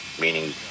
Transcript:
meaning